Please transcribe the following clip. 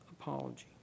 apology